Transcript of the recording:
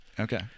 Okay